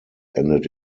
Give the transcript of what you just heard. endet